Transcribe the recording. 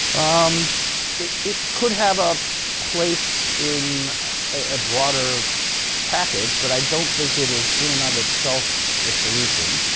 um it it could have a place in a broader package, but i don't think it is in and of itself the solution.